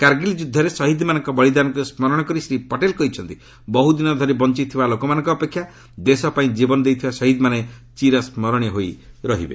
କାର୍ଗୀଲ୍ ଯୁଦ୍ଧରେ ଶହୀଦ୍ମାନଙ୍କ ବଳୀଦାନକୁ ସ୍କରଣ କରି ଶ୍ରୀ ପଟେଲ କହିଛନ୍ତି ବହୁଦିନ ଧରି ବଞ୍ଚିଥିବା ଲୋକମାନଙ୍କ ଅପେକ୍ଷା ଦେଶ ପାଇଁ ଜୀବନ ଦେଇଥିବା ଶହୀଦ୍ମାନେ ଚୀରସ୍କରଣୀୟ ହୋଇ ରହିବେ